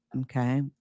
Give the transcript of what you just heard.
Okay